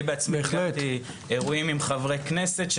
אני בעצמי באתי לאירועים עם חברי כנסת,